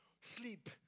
sleep